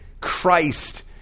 Christ